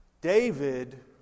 David